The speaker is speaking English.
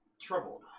troubled